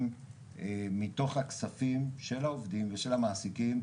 מתוך הכספים של העובדים ושל המעסיקים,